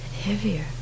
heavier